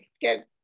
Good